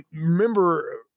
remember